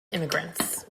immigrants